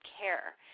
care